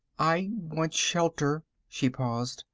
i want shelter, she paused,